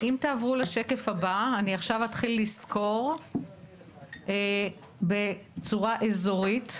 עכשיו אני אתחיל לסקור בצורה אזורית,